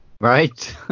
right